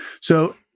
So-